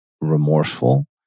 remorseful